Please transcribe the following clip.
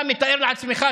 אתה מתאר לעצמך,